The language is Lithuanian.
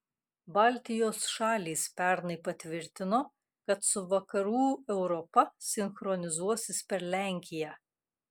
baltijos šalys pernai patvirtino kad su vakarų europa sinchronizuosis per lenkiją